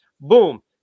boom